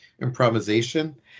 improvisation